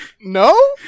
no